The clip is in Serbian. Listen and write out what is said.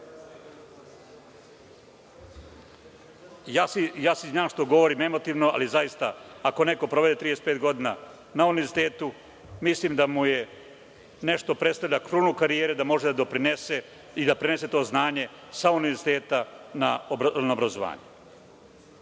izvinjavam što govorim emotivno, ali zaista, ako neko provede 35 godina na univerzitetu, mislim da je to nešto što predstavlja krunu karijere, može da doprinese i da prenese to znanje sa univerziteta na obrazovanje.